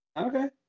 Okay